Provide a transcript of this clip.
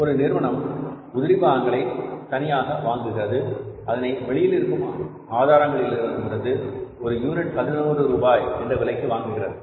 ஒரு நிறுவனம் உதிரிபாகங்களை தனியாக வாங்குகிறது அதனை வெளியில் இருக்கும் ஆதாரங்களிலிருந்து ஒரு யூனிட் 11 ரூபாய் என்ற விலைக்கு வாங்குகிறது